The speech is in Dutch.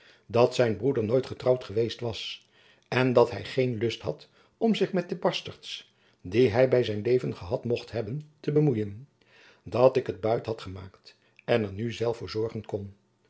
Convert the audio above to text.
dat zijn broeder nooit getrouwd geweest was en dat hij geen lust had om zich met de basterts die hij bij zijn leven gehad mocht hebben te bemoeien dat ik het buit had gemaakt en er nu zelf voor zorgen kon